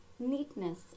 neatness